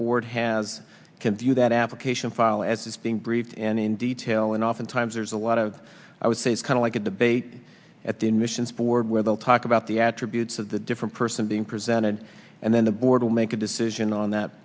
board has can do that application file as it's being briefed and in detail and oftentimes there's a lot of i would say it's kind of like a debate at the admissions board where they'll talk about the attributes of the different person being presented and then the board will make a decision on that